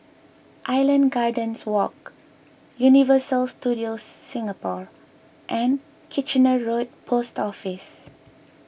Island Gardens Walk Universal Studios Singapore and Kitchener Road Post Office